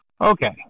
okay